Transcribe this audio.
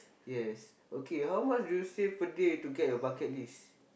yes okay how much do you save a day to get your bucket list